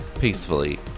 peacefully